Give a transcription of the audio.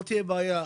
לא תהיה בעיה.